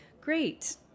great